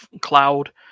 Cloud